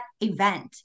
event